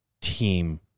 team